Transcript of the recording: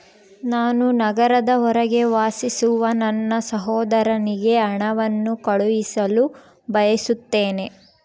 ನಾನು ನಗರದ ಹೊರಗೆ ವಾಸಿಸುವ ನನ್ನ ಸಹೋದರನಿಗೆ ಹಣವನ್ನು ಕಳುಹಿಸಲು ಬಯಸುತ್ತೇನೆ